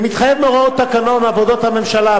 כמתחייב מהוראות תקנון עבודת הממשלה,